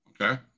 Okay